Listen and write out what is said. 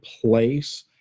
place